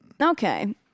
Okay